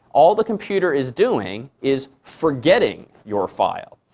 all the computer is doing is forgetting your file.